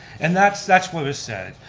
and that's that's what is said.